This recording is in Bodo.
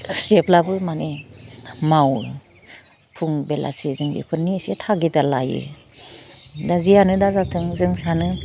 जेब्लाबो मानि मावो फुं बेलासि जों बेफोरनि एसे थागिदा लायो दा जेयानो दाजाथों जों सानो